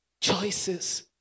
Choices